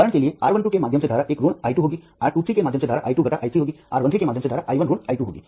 उदाहरण के लिए R 1 2 के माध्यम से धारा 1 ऋण i 2 होगी R 2 3 के माध्यम से धारा i 2 घटा i 3 होगी R 1 3 के माध्यम से धारा i 1 ऋण i 2 होगी